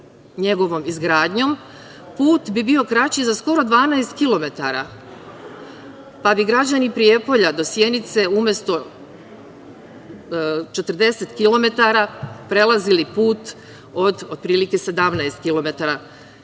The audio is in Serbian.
Njegovom izgradnjom put bi bio kraći za skoro 12 kilometara, pa bi građani Prijepolja do Sjenice, umesto 40 kilometara, prelazili put od otprilike 17 kilometara. Ujedno,